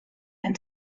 and